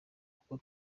kuko